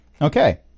Okay